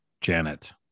Janet